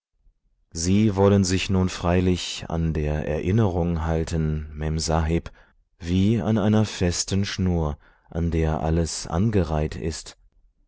sie wollen sich nun freilich an der erinnerung halten memsahib wie an einer festen schnur an der alles angereiht ist